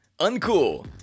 Uncool